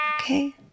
Okay